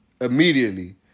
immediately